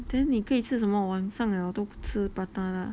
then 你可以吃什么晚上 liao 都不吃 prata lah